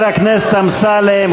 חבר הכנסת אמסלם,